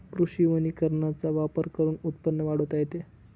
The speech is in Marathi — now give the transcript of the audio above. कृषी वनीकरणाचा वापर करून उत्पन्न वाढवता येते